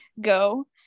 go